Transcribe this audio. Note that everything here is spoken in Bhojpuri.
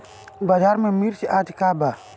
बाजार में मिर्च आज का बा?